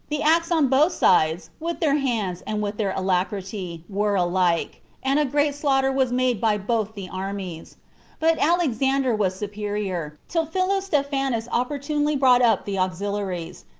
the acts on both sides, with their hands, and with their alacrity, were alike, and a great slaughter was made by both the armies but alexander was superior, till philostephanus opportunely brought up the auxiliaries,